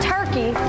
Turkey